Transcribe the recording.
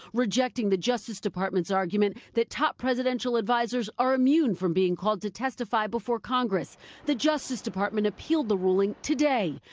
rejecting the justice department's argument that top presidential advisers are immune from being called to testify before congress the justice department appealed the ruling today.